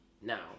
now